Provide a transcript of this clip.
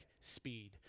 speed